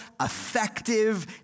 effective